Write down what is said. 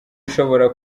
ishobora